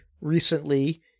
recently